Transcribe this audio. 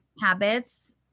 habits